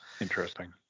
interesting